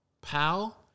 pal